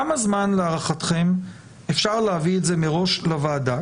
כמה זמן להערכתם אפשר להביא את זה מראש לוועדה?